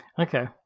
Okay